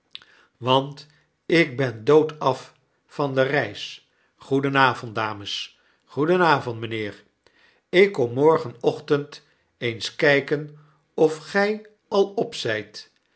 want ik ben doodaf van de reis goedenavond dames goedenavond mpheer ik kom morgenochtend eens kpen of gfi al op-zjjt